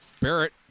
Barrett